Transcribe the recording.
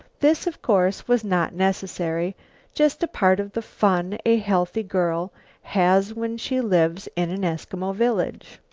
this, of course, was not necessary just a part of the fun a healthy girl has when she lives in an eskimo village.